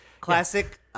Classic